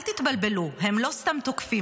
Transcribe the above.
אל תתבלבלו, הם לא סתם תוקפים.